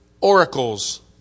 oracles